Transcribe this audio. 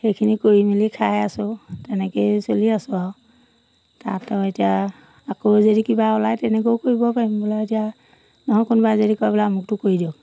সেইখিনি কৰি মেলি খাই আছোঁ তেনেকেই চলি আছোঁ আৰু তাতো এতিয়া আকৌ যদি কিবা ওলায় তেনেকেও কৰিব পাৰিম বোলে এতিয়া নহয় কোনোবাই যদি কয় বোলে আমুকটো কৰি দিয়ক